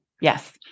Yes